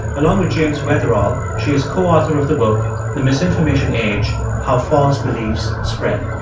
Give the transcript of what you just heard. along with james weatherall, she is co-author of the book the misinformation age how false beliefs spread.